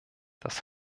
das